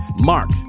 Mark